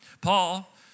Paul